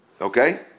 Okay